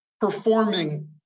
performing